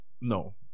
no